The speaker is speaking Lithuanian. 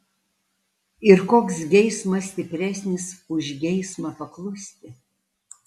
ir koks geismas stipresnis už geismą paklusti